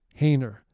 Hayner